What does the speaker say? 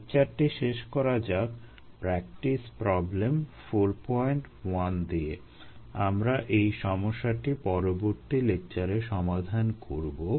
লেকচারটি শেষ করা যাক প্র্যাকটিস প্রবলেম 41 দিয়ে আমরা এই সমস্যাটি পরবর্তী লেকচারে সমাধান করবো